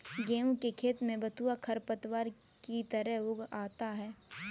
गेहूँ के खेत में बथुआ खरपतवार की तरह उग आता है